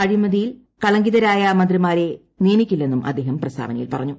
അഴിമതിയിൽ കളങ്കിതരായ മന്ത്രിമാരെ നിയമിക്കില്ലെന്നും അദ്ദേഹം പ്രസ്താവനയിൽ പറഞ്ഞു